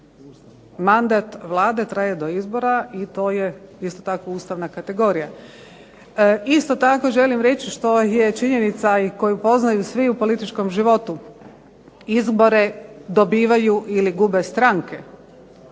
Mandat Vlade traje do izbora i to je isto tako ustavna kategorija. Isto tako želim reći što je činjenica i koju poznaju svi u političkom životu, izbore dobivaju ili gube stranke